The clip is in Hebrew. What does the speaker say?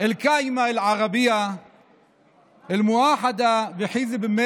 של הסיעה החרדית האשכנזית הליטאית שחתמה איתנו ועם הקונסרבטיביים